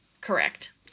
Correct